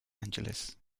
angeles